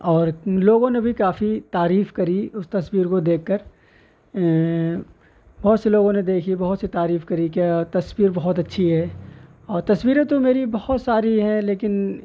اور لوگوں نے بھی کافی تعریف کری اس تصویر کو دیکھ کر بہت سے لوگوں نے دیکھی بہت سی تعریف کری کہ تصویر بہت اچھی ہے اور تصویریں تو میری بہت ساری ہیں لیکن